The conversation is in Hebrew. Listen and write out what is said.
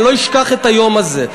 אני לא אשכח את היום הזה.